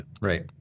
Right